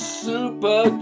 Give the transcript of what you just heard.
super